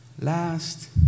Last